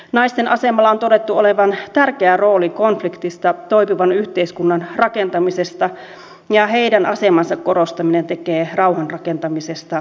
naisten asemalla on todettu olevan tärkeä rooli konfliktista toipuvan yhteiskunnan rakentamisessa ja heidän asemansa korostaminen tekee rauhanrakentamisesta kestävämpää